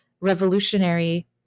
revolutionary